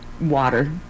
water